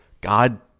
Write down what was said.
God